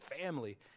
Family